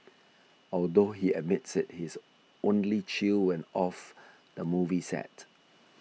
although he admits he is only chill when off the movie set